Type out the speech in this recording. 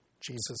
Jesus